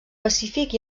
pacífic